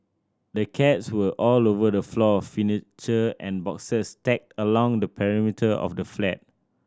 the cats were all over the floor furniture and boxes stacked along the perimeter of the flat